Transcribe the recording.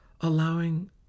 allowing